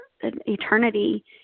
eternity